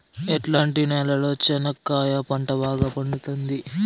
ఎట్లాంటి నేలలో చెనక్కాయ పంట బాగా పండుతుంది?